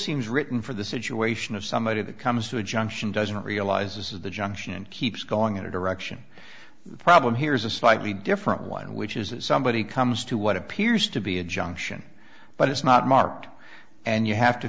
seems written for the situation of somebody that comes to a junction doesn't realise this is the junction and keeps going in a direction the problem here's a slightly different one which is that somebody comes to what appears to be a junction but it's not marked and you have to